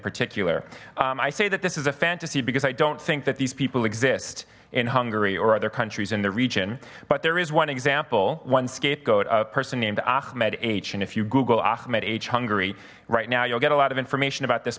particular i say that this is a fantasy because i don't think that these people exist in hungary or other countries in the region but there is one example one scapegoat a person named achmed h and if you google achmed h hungary right now you'll get a lot of information about this